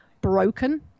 broken